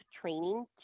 training